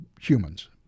humans